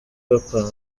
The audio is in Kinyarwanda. bapanga